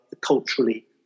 culturally